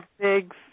big